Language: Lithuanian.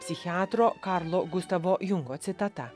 psichiatro karlo gustavo jungo citata